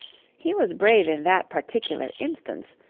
he was brave in that particular instance,